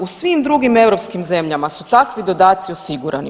U svim drugim europskim zemljama su takvi dodaci osigurani.